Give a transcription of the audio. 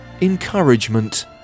encouragement